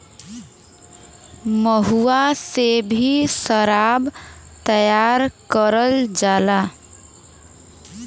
महुआ से भी सराब तैयार करल जाला